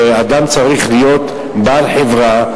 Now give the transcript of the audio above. שאדם צריך להיות בעל חברה,